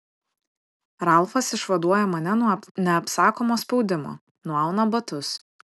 ralfas išvaduoja mane nuo neapsakomo spaudimo nuauna batus